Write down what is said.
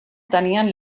tenien